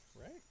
Right